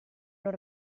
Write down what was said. non